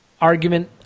argument